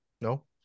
no